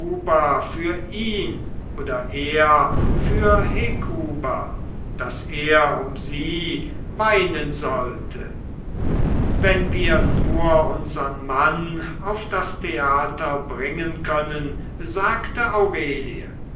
für ihn oder er für hekuba daß er um sie weinen sollte wenn wir nur unsern mann auf das theater bringen können sagte aurelie